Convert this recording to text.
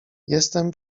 jestem